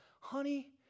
honey